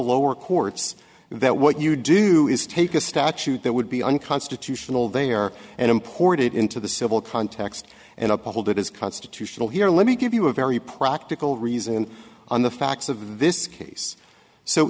lower courts that what you do is take a stab that would be unconstitutional they are and imported into the civil context and i puzzled it is constitutional here let me give you a very practical reason on the facts of this case so